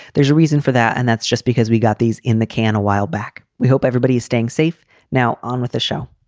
there's a reason for that. and that's just because we got these in the can a while back. we hope everybody's staying safe now on with the show